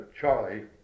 Charlie